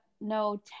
no